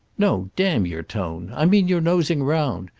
no damn your tone. i mean your nosing round.